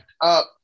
up